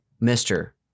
Mister